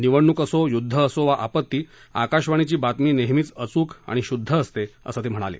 निवडणूक असो युद्ध असो वा आपत्ती आकाशवाणीची बातमी नेहमीच अचूक आणि शुद्ध असते असं ते म्हणाले